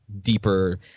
deeper